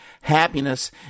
happiness